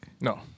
No